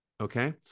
okay